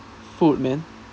food man